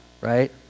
right